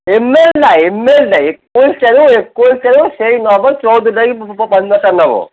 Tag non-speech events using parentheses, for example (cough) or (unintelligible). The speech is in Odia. (unintelligible) ନାଇ (unintelligible) ନାଇ ଏକୋଇଶି ଟାରୁ ଏକୋଇଶି ଟାରୁ ସେଇ ନେବ ଚଉଦଟା କି ପନ୍ଦରଟା ନେବ